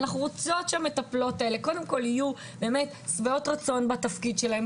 אנחנו רוצות שהמטפלות האלה קודם כל יהיו באמת שבעות רצון בתפקיד שלהן,